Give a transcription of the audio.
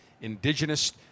indigenous